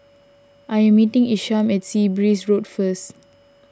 I am meeting Isham at Sea Breeze Road first